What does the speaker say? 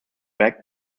back